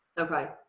okay!